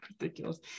ridiculous